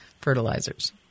fertilizers